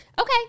Okay